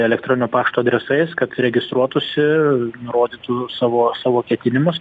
elektroninio pašto adresais kad registruotųsi nurodytų savo savo ketinimus